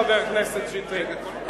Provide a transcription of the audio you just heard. חבר הכנסת שטרית?